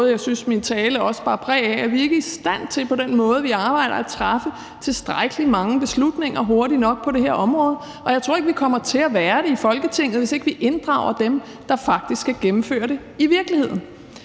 Jeg synes også, at min tale bar præg af, at jeg mener, at vi ikke på den måde, vi arbejder, er i stand til at træffe tilstrækkelig mange beslutninger hurtigt nok på det her område. Og jeg tror ikke, vi kommer til at være det i Folketinget, hvis ikke vi inddrager dem, der faktisk skal gennemføre det i virkeligheden.